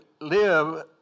live